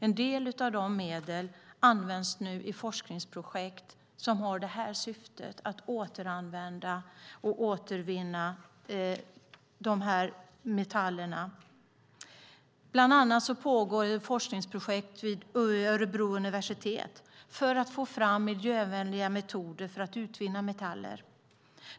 En del av medlen används i forskningsprojekt som har syftet att återanvända och återvinna de olika metallerna. Bland annat pågår det ett forskningsprojekt vid Örebro universitet för att få fram miljövänliga metoder för att utvinna metaller.